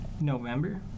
November